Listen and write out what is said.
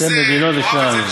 שתי מדינות לשני עמים.